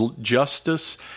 Justice